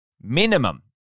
minimum